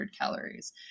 calories